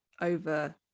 over